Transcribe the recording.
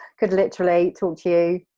could literally talk to you.